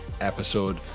episode